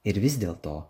ir vis dėlto